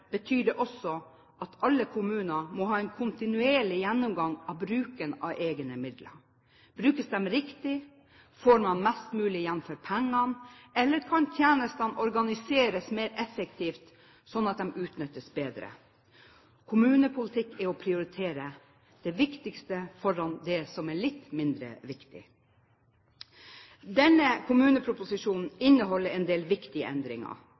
betyr det også at alle kommuner må ha en kontinuerlig gjennomgang av bruken av egne midler. Brukes de riktig, får man mest mulig igjen for pengene? Eller kan tjenestene organiseres mer effektivt, slik at de utnyttes bedre? Kommunepolitikk er å prioritere det viktigste foran det som er litt mindre viktig. Denne kommuneproposisjonen inneholder en del viktige endringer.